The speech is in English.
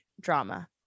drama